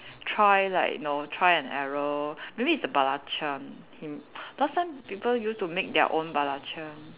try like you know try and error maybe it's the belacan him last time people used to make their own belacan